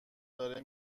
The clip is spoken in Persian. داره